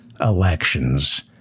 elections